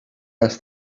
les